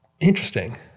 Interesting